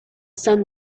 sun